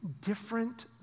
different